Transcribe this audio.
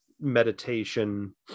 meditation